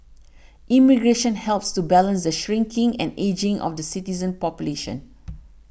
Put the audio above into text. immigration helps to balance the shrinking and ageing of the citizen population